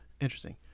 Interesting